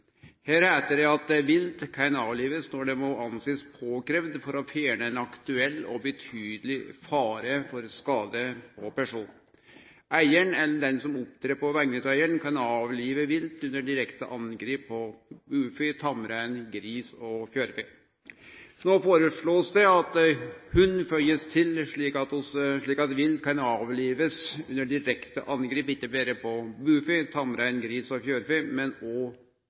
Her heiter det: «Vilt kan avlives når det må anses påkrevd for å fjerne en aktuell og betydelig fare for skade på person. Eieren, eller en som opptrer på vegne av eieren, kan avlive vilt under direkte angrep på bufe, tamrein, gris og fjørfe.» No blir det foreslått å føye til hund, slik at vilt kan avlivast under direkte angrep ikkje berre på bufe, tamrein, gris og fjørfe, men